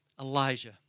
Elijah